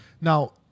now